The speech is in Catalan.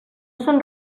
són